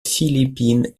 philippine